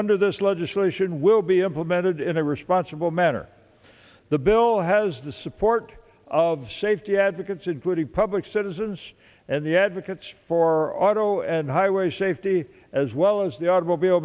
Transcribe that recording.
under this legislation will be implemented in a responsible manner the bill has the support of safety advocates including public citizens and the advocates for auto and highway safety as well as the automobile